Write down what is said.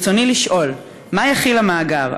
ברצוני לשאול: 1. מה יכיל המאגר?